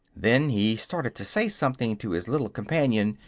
then he started to say something to his little companion,